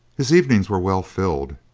his evenings were well filled,